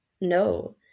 no